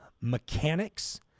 Mechanics